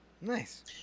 Nice